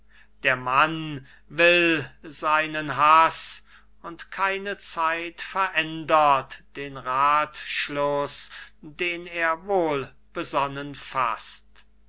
der mann will seinen haß und keine zeit verändert den rathschluß den er wohl besonnen faßt